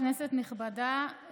כנסת נכבדה,